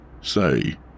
Say